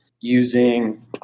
using